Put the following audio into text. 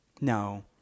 No